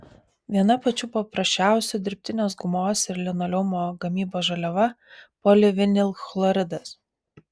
viena pačių paprasčiausių dirbtinės gumos ir linoleumo gamybos žaliava polivinilchloridas